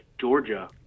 Georgia